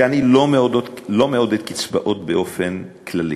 אני לא מעודד קצבאות באופן כללי,